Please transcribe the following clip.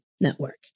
network